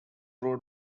road